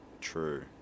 True